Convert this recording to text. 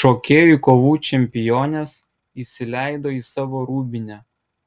šokėjų kovų čempionės įsileido į savo rūbinę